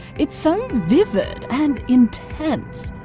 it so vivid and, intense.